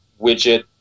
widget